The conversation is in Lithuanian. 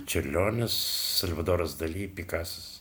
čiurlionis salvadoras dali pikasas